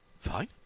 Fine